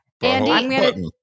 Andy